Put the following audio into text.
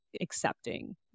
accepting